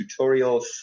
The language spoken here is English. tutorials